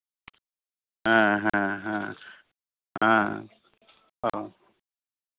ᱦᱮᱸ ᱦᱮᱸ ᱦᱮᱸ ᱦᱮᱸ ᱚ